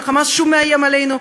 שה"חמאס" שוב מאיים עלינו,